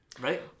Right